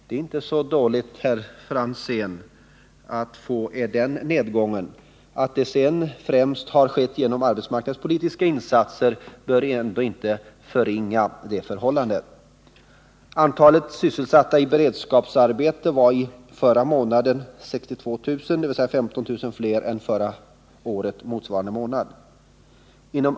Det är, Tommy Franzén, inte någon dålig nedgång. Att nedgången främst beror på arbetsmarknadspolitiska insatser bör inte förringa värdet av den. Antalet sysselsatta i beredskapsarbeten var förra månaden 62 000, dvs. 15 000 fler än motsvarande månad förra året.